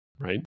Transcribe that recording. Right